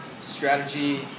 strategy